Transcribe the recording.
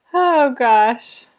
oh gosh.